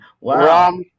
Wow